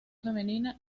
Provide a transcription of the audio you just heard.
femenina